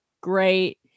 great